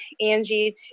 Angie